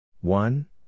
One